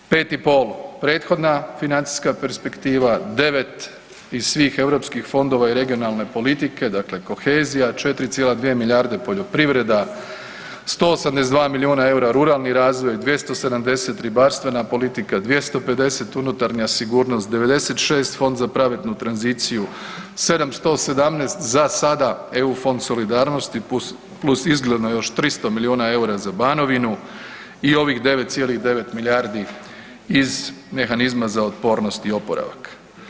5,5 prethodna financijska perspektiva, 9 iz svih europskih fondova i regionalne politike, dakle kohezija, 4,2 milijarde poljoprivreda, 182 milijuna eura ruralni razvoj, 270 ribarstvena politika, 250 unutarnja sigurnost, 96 Fond za pravednu tranziciju, 717 za sada EU Fond solidarnost plus izgledno još 300 milijuna eura za Banovinu i ovih 9,9 milijardi iz mehanizma za otpornost i oporavak.